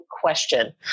question